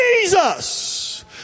Jesus